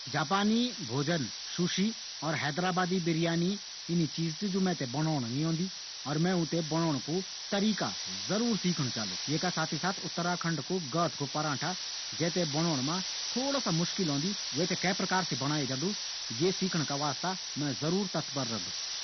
जापानी भोजन सूसी और हैदराबादी बिरयानी यना भोजन छन जू मैं थें बणोंण नी औंदा लेकिन मैं यूँ थें बणोंणु जरूर सीखणा चौलु। यिका साथ ही उत्तराखंड कू प्रसिद्ध गहत कू परांठा बंणोंण सीखणा कू भी मैं तत्पर रौलू।